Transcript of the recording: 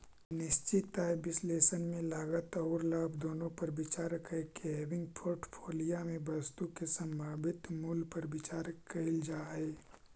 निश्चित आय विश्लेषण में लागत औउर लाभ दुनो पर विचार कईके हेविंग पोर्टफोलिया में वस्तु के संभावित मूल्य पर विचार कईल जा हई